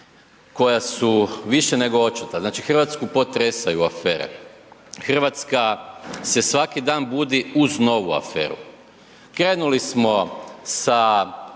koja su više nego očita. Znači Hrvatsku potresaju afere, Hrvatska se svaki dan budi uz novu aferu. Krenuli smo sa